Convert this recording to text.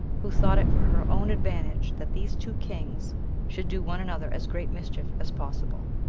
who thought it for her own advantage that these two kings should do one another as great mischief as possible.